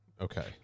Okay